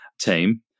team